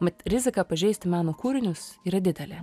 mat rizika pažeisti meno kūrinius yra didelė